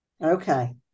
Okay